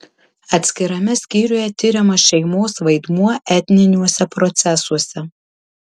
atskirame skyriuje tiriamas šeimos vaidmuo etniniuose procesuose